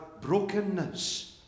brokenness